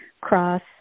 Cross